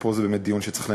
ופה זה באמת דיון שצריך לנהל,